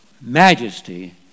majesty